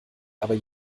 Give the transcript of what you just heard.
aber